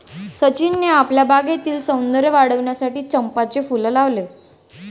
सचिनने आपल्या बागेतील सौंदर्य वाढविण्यासाठी चंपाचे फूल लावले